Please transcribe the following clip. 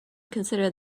consider